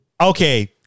Okay